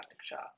shock